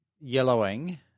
yellowing